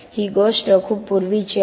ही गोष्ट खूप पूर्वीची आहे